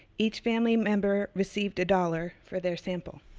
each family member received a dollar for their sample.